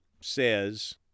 says